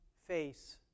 face